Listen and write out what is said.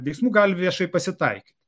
veiksmų gali viešai pasitaikyti